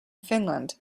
finland